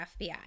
FBI